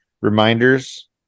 reminders